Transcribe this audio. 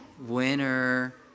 Winner